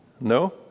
No